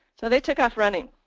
so they took off running.